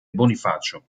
bonifacio